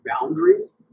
boundaries